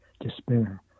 despair